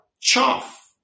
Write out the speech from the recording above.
chaff